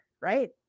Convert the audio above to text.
right